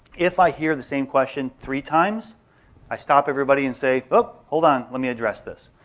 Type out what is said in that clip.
if i hear the same question three times i stop everybody and say but hold on, let me address this.